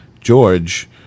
George